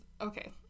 okay-